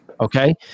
Okay